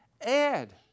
add